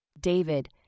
David